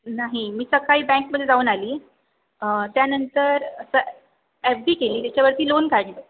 नाही मी सकाळी बँकमध्ये जाऊन आली त्यानंतर एफ डी केली त्याच्यावरती लोन काढलं